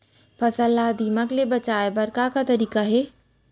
फसल ला दीमक ले बचाये के का का तरीका हे?